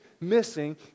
missing